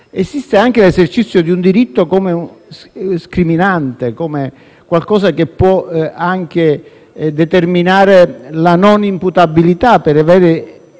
Esiste anche l'esercizio di un diritto come scriminante, come qualcosa che può anche determinare la non imputabilità per aver